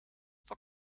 for